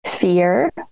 fear